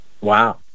wow